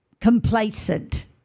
complacent